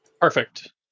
Perfect